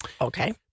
Okay